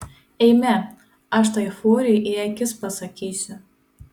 eime aš tai furijai į akis pasakysiu